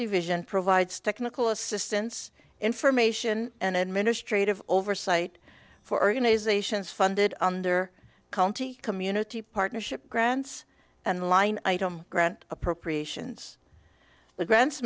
division provides technical assistance information and administrative oversight for an aes ations funded under county community partnership grants and line item grant appropriations the grants